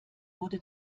wurde